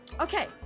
okay